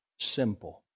simple